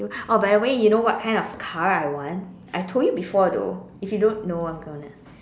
you oh by the way you know what kind of car I want I told you before though if you don't know I'm gonna